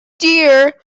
dear